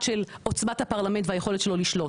של עוצמת הפרלמנט והיכולת שלו לשלוט,